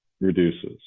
reduces